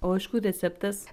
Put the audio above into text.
o iš kur receptas